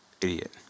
idiot